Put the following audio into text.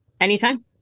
Anytime